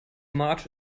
march